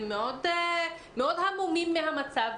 הם מאוד המומים מהמצב.